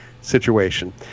situation